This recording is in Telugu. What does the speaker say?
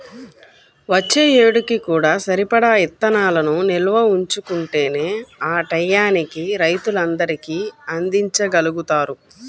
వచ్చే ఏడుకి కూడా సరిపడా ఇత్తనాలను నిల్వ ఉంచుకుంటేనే ఆ టైయ్యానికి రైతులందరికీ అందిచ్చగలుగుతారు